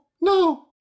No